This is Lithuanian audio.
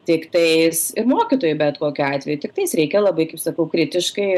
tiktais ir mokytojui bet kokiu atveju tiktais reikia labai kaip sakau kritiškai